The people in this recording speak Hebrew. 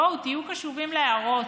בואו, תהיו קשובים להערות.